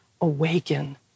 awaken